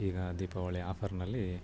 ಈಗ ದೀಪಾವಳಿ ಆಫರಿನಲ್ಲಿ